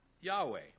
Yahweh